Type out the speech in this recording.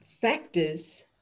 factors